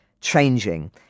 changing